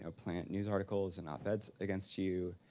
ah plant news articles and op eds against you.